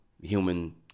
human